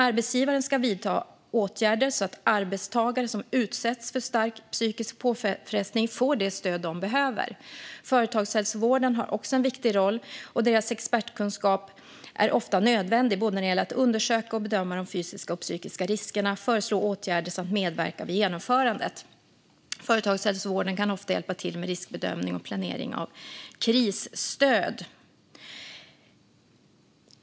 Arbetsgivaren ska vidta åtgärder så att arbetstagare som utsätts för stark psykisk påfrestning får det stöd de behöver. Företagshälsovården har också en viktig roll, och deras expertkunskap är ofta nödvändig när det gäller att undersöka och bedöma de fysiska och psykiska riskerna, att föreslå åtgärder samt att medverka vid genomförandet. Företagshälsovården kan ofta hjälpa till med riskbedömning och planering av krisstöd.